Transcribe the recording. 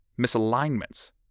misalignments